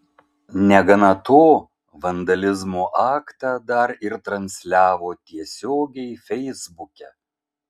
negana to vandalizmo aktą dar ir transliavo tiesiogiai feisbuke